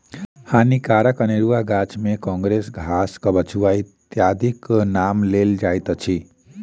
हानिकारक अनेरुआ गाछ मे काँग्रेस घास, कबछुआ इत्यादिक नाम लेल जाइत अछि